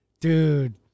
dude